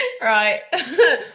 right